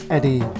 Eddie